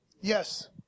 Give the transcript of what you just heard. Yes